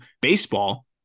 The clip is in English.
baseball